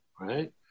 right